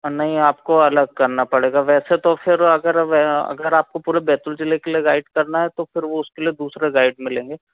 और नहीं आपको अलग करना पड़ेगा वैसे तो फिर अगर आपको पूरे बैतुल जिले के लिए गाइड करना है तो फिर वह उसके लिए दूसरा गाइड मिलेंगे